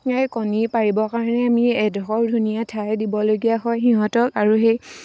কণী পাৰিবৰ কাৰণে আমি এডোখৰ ধুনীয়া ঠাই দিবলগীয়া হয় সিহঁতক আৰু সেই